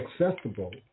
accessible